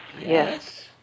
Yes